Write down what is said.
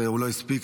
הוא לא הספיק,